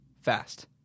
fast